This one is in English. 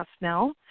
now